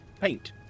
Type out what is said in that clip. Paint